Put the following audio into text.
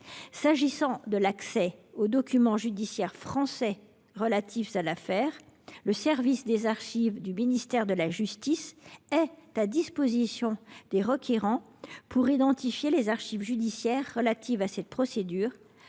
enfin, l’accès aux documents judiciaires français relatifs à l’affaire. Le service des archives du ministère de la justice est à la disposition des requérants pour identifier les pièces judiciaires ayant trait à cette procédure,